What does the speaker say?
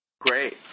Great